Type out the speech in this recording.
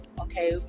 okay